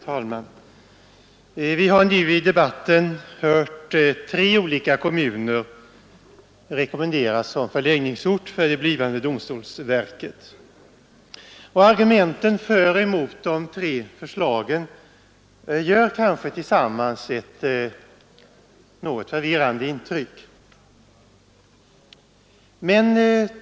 Fru talman! Vi har nu i debatten hört tre olika kommuner rekommenderas som förläggningsort för det blivande domstolsverket. Argumenteringarna för och emot de tre förslagen gör kanske tillsammans ett något förvirrat intryck.